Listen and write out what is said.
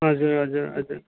हजुर हजुर हजुर